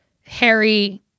Harry